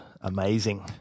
amazing